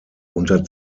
unter